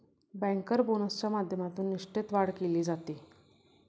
banker बोनसच्या माध्यमातून निष्ठेत वाढ केली जाते